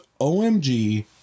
OMG